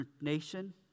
nation